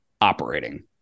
operating